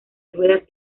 ruedas